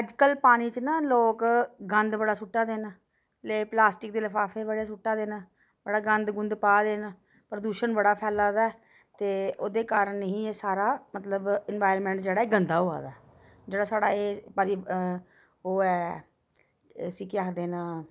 अज्जकल पानी च नां लोक गंद बड़ा सुट्टा दे न प्लास्टक दे लफाफे बड़े सुट्टा दे न बड़ा गंद गुंद पा दे न प्रदूशन बड़ा फैला दा ऐ ते ओह्दे कारण ही एह् सारा मतलब इन्वायरनमैंट जेह्ड़ा एह् गंदा होआ दा जेह्ड़ा साढ़ा एह् ओह् ऐ एह् इसी केह् आखदे न